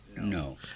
No